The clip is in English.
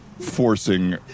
forcing